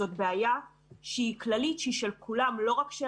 זו בעייה כללית ולא רק של